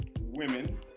women